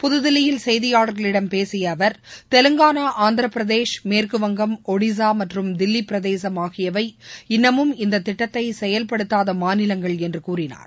புதுதில்லியில் செய்தியாளர்களிடம் பேசிய அவர் தெலுங்கானா ஆந்திரபிரதேஷ் மேற்குவங்கம் ஒடிசா மற்றும் தில்லி பிரதேசம் ஆகியவை இன்னமும் இந்த திட்டத்தை செயல்படுத்தாத மாநிலங்கள் என்று கூறினார்